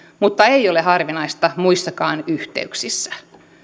mutta ei ole harvinainen muissakaan yhteyksissä